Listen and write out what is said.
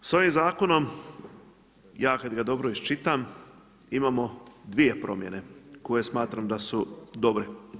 S ovim zakonom ja kada ga dobro iščitam imamo dvije promjene koje smatram da su dobre.